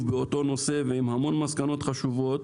מאוד באותו נושא עם המון מסקנות חשובות.